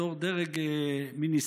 בתור דרג מיניסטריאלי,